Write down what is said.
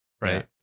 right